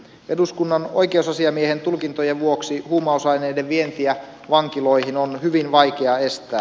eduskunnan oikeusasiamiehen tulkintojen vuoksi huumausaineiden vientiä vankiloihin on hyvin vaikea estää